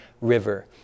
River